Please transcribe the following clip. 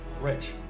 rich